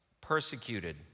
persecuted